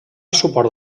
suport